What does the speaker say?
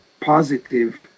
positive